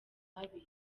habi